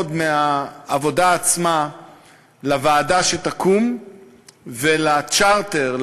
מהעבודה עצמה לוועדה שתקום ולצ'רטר,